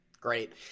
Great